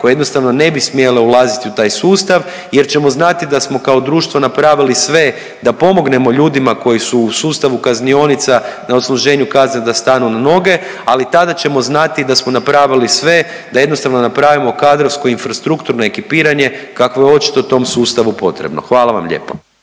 koje jednostavno ne bi smjele ulaziti u taj sustav jer ćemo znati da smo kao društvo napravili sve da pomognemo ljudima koji su u sustavu kaznionica na odsluženju kazne da stanu na noge, ali tada ćemo znati i da smo napravili sve i da jednostavno napravimo kadrovsko i infrastrukturno ekipiranje kakvo je očito tom sustavu potrebno. Hvala vam lijepo.